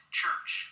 church